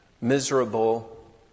miserable